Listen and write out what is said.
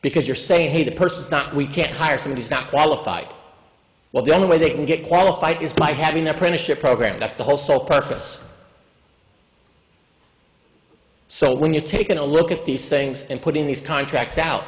because you're saying hey that person's not we can't hire some does not qualify well the only way they can get qualified is by having apprenticeship program that's the whole sole purpose so when you take a look at these things and putting these contracts out